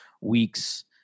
weeks